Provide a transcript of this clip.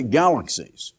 galaxies